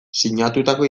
sinatutako